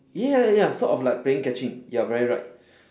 ya ya ya sort of like playing catching you are very right